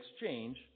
exchange